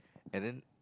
and then